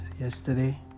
yesterday